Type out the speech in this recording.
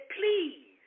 please